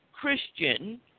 Christian